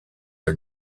are